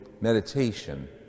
meditation